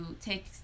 take